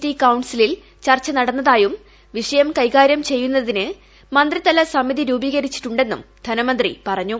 T കൌൺസിലിൽ ചർച്ച നടന്നതായും വിഷയം കൈകാര്യം ചെയ്യുന്നതിന് മന്ത്രിതല സമിതി രൂപീകരിച്ചിട്ടുണ്ടെന്നും ധനമന്ത്രി പറഞ്ഞു